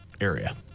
area